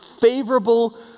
favorable